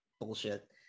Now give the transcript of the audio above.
bullshit